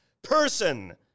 person